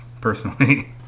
personally